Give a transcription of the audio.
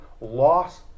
loss